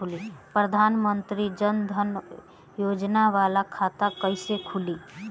प्रधान मंत्री जन धन योजना वाला खाता कईसे खुली?